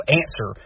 answer